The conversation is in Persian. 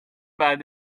بعد